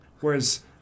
whereas